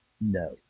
No